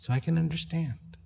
so i can understand